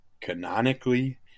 canonically